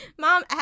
Mom